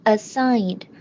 Assigned